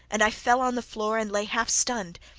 and i fell on the floor and lay half-stunned.